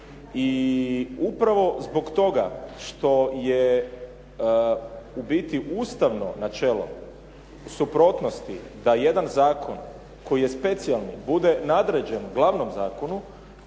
I upravo zbog toga što je u biti ustavno načelo suprotnosti da jedan zakon koji je specijalni bude nadređen glavnom zakonu,